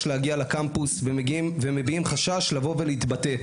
להגיע לקמפוס ומביעים חשש לבוא ולהתבטא.